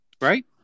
right